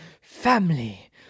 family